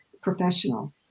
professional